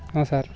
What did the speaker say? ହଁ ସାର୍